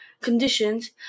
conditions